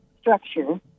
structure